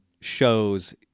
shows